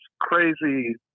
crazy